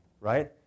right